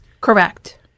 Correct